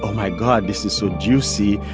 my god. this is so juicy.